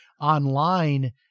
online